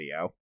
video